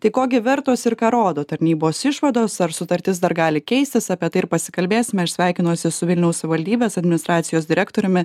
tai ko gi vertos ir ką rodo tarnybos išvados ar sutartis dar gali keistis apie tai ir pasikalbėsim aš sveikinuosi su vilniaus savivaldybės administracijos direktoriumi